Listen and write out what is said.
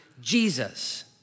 Jesus